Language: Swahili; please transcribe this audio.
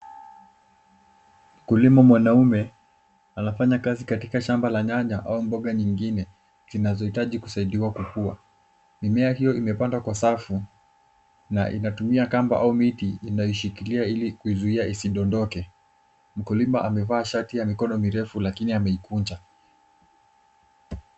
Mkulima mwanaume anafanya kazi katika shamba la nyanya au mboga nyingine zinazohitaji kusaidiwa kukua. Mimea hiyo imepandwa kwa safu, na inatumia kamba, au miti, inaishikilia ili kuizuia isidondoke. Mkulima amevaa shati ya mikono mirefu lakini ameikunja.